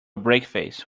breakfast